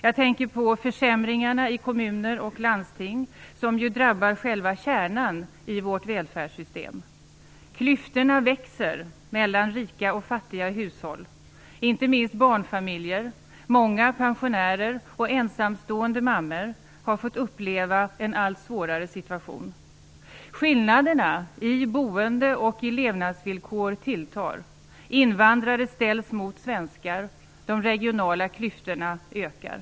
Jag tänker på försämringarna i kommuner och landsting, som drabbar själva kärnan i vårt välfärdssystem. Klyftorna växer mellan rika och fattiga hushåll. Inte minst barnfamiljer, många pensionärer och ensamstående mammor har fått uppleva en allt svårare situation. Skillnaderna i boende och i levnadsvillkor tilltar. Invandrare ställs mot svenskar. De regionala klyftorna ökar.